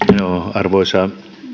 arvoisa